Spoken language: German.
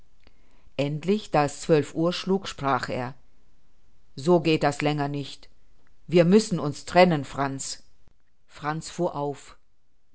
endlich da es zwölf uhr schlug sprach er so geht das länger nicht wir müssen uns trennen franz franz fuhr auf